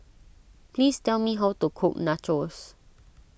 please tell me how to cook Nachos